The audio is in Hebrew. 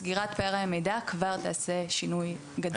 סגירת פערי המידע כבר תחולל שינוי גדול בתחום.